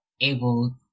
able